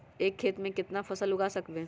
एक खेत मे केतना फसल उगाय सकबै?